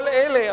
כל אלה,